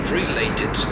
related